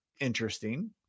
interesting